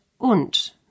und